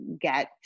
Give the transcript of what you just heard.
get